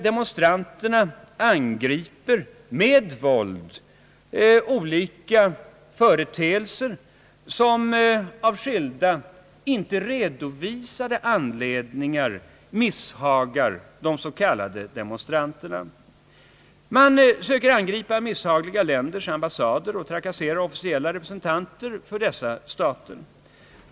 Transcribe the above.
Demonstranterna angriper med våld olika företeelser som av skilda, inte redovisade anledningar misshagar de s.k. demonstranterna. Man söker angripa misshagliga länders ambassader och trakassera officiella representanter för dessa stater.